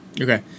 Okay